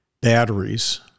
batteries